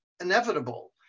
inevitable